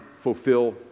fulfill